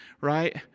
right